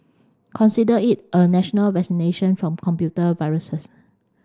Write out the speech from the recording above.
consider it a national vaccination from computer viruses